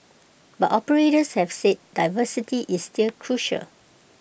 but operators have said diversity is still crucial